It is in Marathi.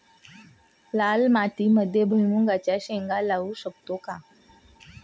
लाल मातीमध्ये भुईमुगाच्या शेंगा लावू शकतो का?